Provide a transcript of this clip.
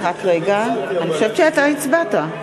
אני חושבת שאתה הצבעת.